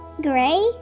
Gray